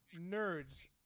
nerds